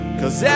cause